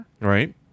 Right